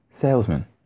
Salesman